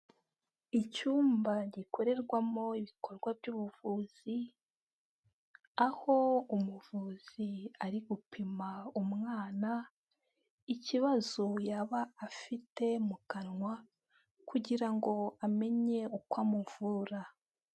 Icyumba gikorerwamo ibikorwa by'ubuvuzi, aho umuvuzi ari gupima umwana, ikibazo yaba afite mu kanwa, kugira ngo amenye uko amuvura.